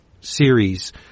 series